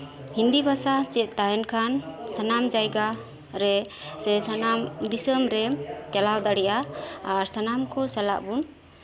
ᱦᱤᱱᱫᱤ ᱵᱷᱟᱥᱟ ᱪᱮᱫ ᱛᱟᱦᱮᱱ ᱠᱷᱟᱱ ᱥᱟᱱᱟᱢ ᱡᱟᱭᱜᱟ ᱨᱮ ᱥᱮ ᱥᱟᱱᱟᱢ ᱫᱤᱥᱚᱢ ᱨᱮ ᱪᱟᱞᱟᱣ ᱫᱟᱲᱮᱭᱟᱜᱼᱟ ᱟᱨ ᱥᱟᱱᱟᱢ ᱠᱚ ᱥᱟᱞᱟᱜ ᱵᱚᱱ